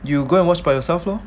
you go and watch by yourself lor